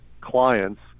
clients